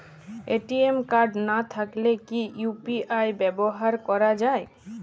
ATM card না থাকলে কি ইউ.পি.আই ব্যবহার করা য়ায়?